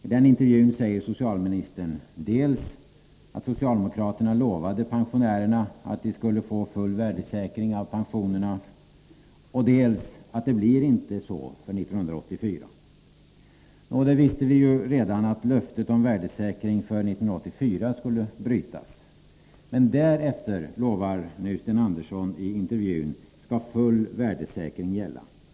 I intervjun säger han dels att socialdemokraterna lovade pensionärerna full värdesäkring av pensionerna, dels att det inte blir så för 1984. Nu visste vi redan att löftet om värdesäkring av pensionerna skulle brytas för år 1984. Men därefter, lovar Sten Andersson i intervjun, skall full värdesäkring gälla.